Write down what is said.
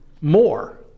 more